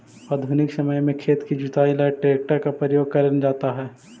आधुनिक समय में खेत की जुताई ला ट्रैक्टर का प्रयोग करल जाता है